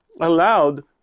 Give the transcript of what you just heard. allowed